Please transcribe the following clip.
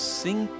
sing